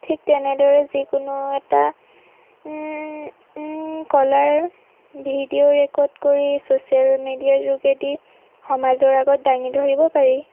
ঠিক তেনেদৰে যিকোনো এটা কলাৰ ভিডিঅ' ৰেকৰ্ড কৰি চছিয়েল মিডিয়াৰ যোগেদি সমাজৰ আগত দাঙি ধৰিব পাৰি